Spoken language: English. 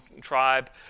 tribe